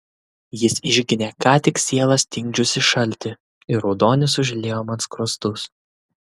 jis išginė ką tik sielą stingdžiusį šaltį ir raudonis užliejo man skruostus